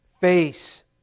face